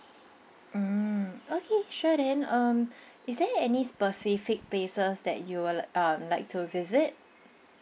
mm okay sure then um is there any specific places that you would um like to visit